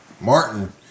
Martin